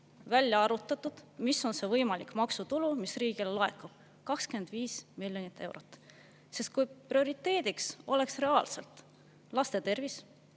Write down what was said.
välja arvutatud, mis on see võimalik maksutulu, mis riigile laekub – 25 miljonit eurot. Kui prioriteediks oleks reaalselt laste tervis,